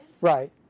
Right